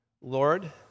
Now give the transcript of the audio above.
Lord